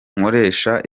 nkoresha